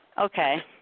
Okay